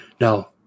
Now